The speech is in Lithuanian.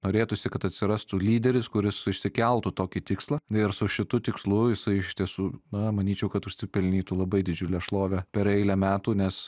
norėtųsi kad atsirastų lyderis kuris išsikeltų tokį tikslą ir su šitu tikslu jisai iš tiesų na manyčiau kad užsipelnytų labai didžiulę šlovę per eilę metų nes